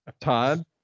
Todd